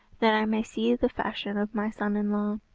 that i may see the fashion of my son-in-law.